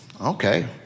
Okay